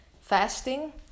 fasting